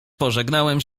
pożegnałem